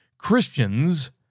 Christians